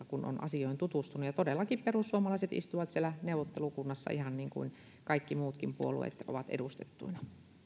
kun on asioihin tutustunut ja todellakin perussuomalaiset istuvat siellä neuvottelukunnassa ihan niin kuin kaikki muutkin puolueet ovat edustettuina